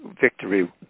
victory